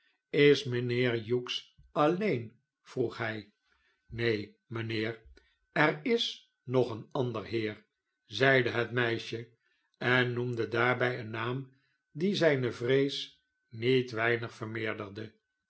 is mijnheer hughes alleen vroeg hij neen mijnheer er is nog een ander heer zeide het meisje en noemde daarbij een naam die zijne vrees niet weinig